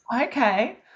okay